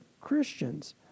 Christians